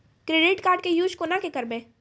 Credit card के use कोना के करबऽ?